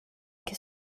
que